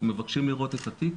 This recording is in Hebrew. מבקשים לראות את התיק